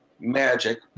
magic